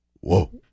Whoa